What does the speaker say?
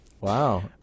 Wow